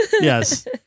yes